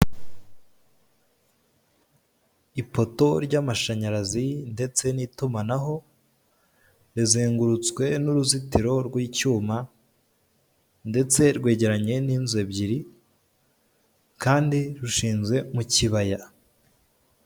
Ipoto ry'amashanyarazi ndetse n'itumanaho rizengurutswe n'uruzitiro rw'icyuma ndetse rwegeranye n'inzu ebyiri kandi rushinze mu kibaya.